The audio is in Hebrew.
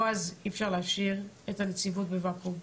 בעז, אי אפשר להשאיר את הנציבות בוואקום.